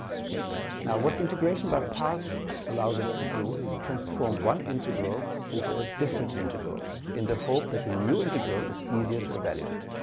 okay now what integration by parts allows us to do is to transform one integral into a different integral in the hope that the new integral is easier to evaluate.